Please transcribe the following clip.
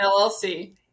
LLC